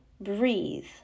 breathe